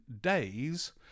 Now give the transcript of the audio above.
days